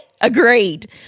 Agreed